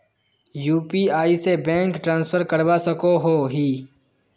UPI से bank transfer करवा सकोहो ही?